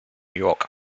york